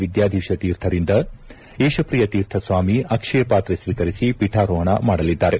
ವಿದ್ಗಾಧೀಶ ತೀರ್ಥರಿಂದ ಈಶಪ್ರಿಯ ತೀರ್ಥ ಸ್ವಾಮಿ ಅಕ್ಷಯ ಪಾತ್ರೆ ಸ್ವೀಕರಿಸಿ ಪೀಠಾರೋಹಣ ಮಾಡಲಿದ್ದಾರೆ